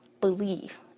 believe